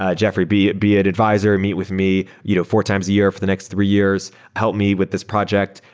ah jeffrey, be be an advisor. meet with me you know four times a year for the next three years. help me with this project.